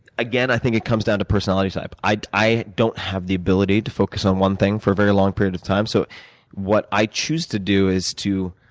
again, i think it comes down to personality type. i i don't have the ability to focus on one thing for a very long period of time, so what i choose to do is